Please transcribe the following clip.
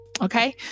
Okay